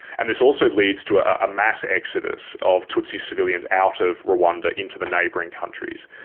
and this also leads to a mass exodus of tutsi civilians out of rwanda into the neighbouring countries,